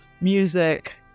music